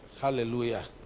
Hallelujah